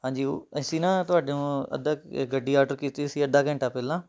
ਹਾਂਜੀ ਉ ਅਸੀਂ ਨਾ ਤੁਹਾਡੇ ਤੋਂ ਅੱਧਾ ਕ ਗੱਡੀ ਆਡਰ ਕੀਤੀ ਸੀ ਅੱਧਾ ਘੰਟਾ ਪਹਿਲਾਂ